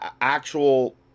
actual